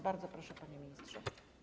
Bardzo proszę, panie ministrze.